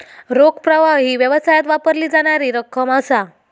रोख प्रवाह ही व्यवसायात वापरली जाणारी रक्कम असा